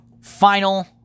Final